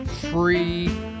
free